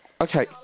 Okay